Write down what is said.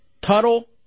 Tuttle